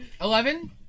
Eleven